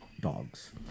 dogs